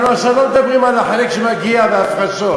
אנחנו עכשיו לא מדברים על החלק שמגיע וההפרשות,